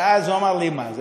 ואז הוא אמר לי: מה זה?